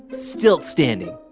stilt standing.